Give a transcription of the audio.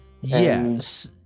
Yes